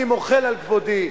אני מוחל על כבודי,